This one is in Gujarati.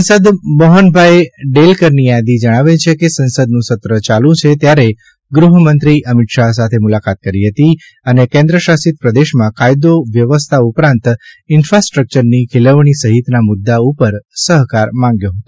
સાંસદ મોહનભાઇ ડેલકરની યાદી જજ્ઞાવે છે કે સંસદનું સત્ર ચાલુ છે ત્યારે ગૃહમંત્રી અમિત શાહ સાથે મુલાકાત કરી હતી અને કેન્દ્રશાસિત પ્રદેશમાં કાયદો વ્યવસ્થા ઉપરાંત ઈન્ફાસ્ટ્રક્ચરની ખીલવણી સહિતના મુદ્દા ઉપર સહકાર માંગ્યો હતો